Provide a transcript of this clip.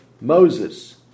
Moses